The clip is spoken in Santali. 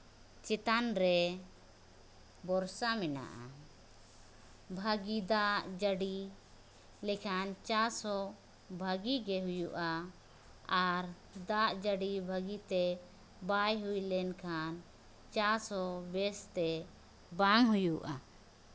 ᱪᱮᱛᱟᱱ ᱨᱮ ᱵᱷᱚᱨᱥᱟ ᱢᱮᱱᱟᱜᱼᱟ ᱵᱷᱟᱹᱜᱤ ᱫᱟᱜ ᱡᱟᱹᱲᱤ ᱞᱮᱠᱷᱟᱱ ᱪᱟᱥ ᱦᱚᱸ ᱵᱷᱟᱹᱜᱤ ᱜᱮ ᱦᱩᱭᱩᱜᱼᱟ ᱟᱨ ᱫᱟᱜ ᱡᱟᱹᱲᱤ ᱵᱷᱟᱹᱜᱤᱛᱮ ᱵᱟᱭ ᱦᱩᱭ ᱞᱮᱱᱠᱷᱟᱱ ᱪᱟᱥ ᱦᱚᱸ ᱵᱮᱥᱛᱮ ᱵᱟᱝ ᱦᱩᱭᱩᱜᱼᱟ